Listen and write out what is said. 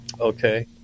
okay